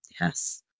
Yes